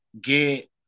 get